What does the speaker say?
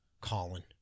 Colin